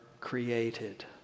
created